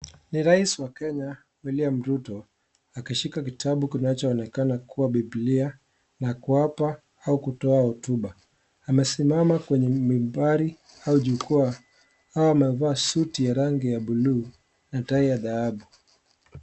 Ni rais wa Kenya William ruto akishika kitabu kinachoonekana kuwa bibiia na kuapa au kutoa hotuba, amesimama kwenye mibari au jukwaa kama amevaa suti ya rangi ya bulu na tai ya dhahabu.